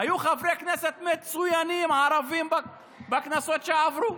היו חברי כנסת ערבים מצוינים בכנסות שעברו,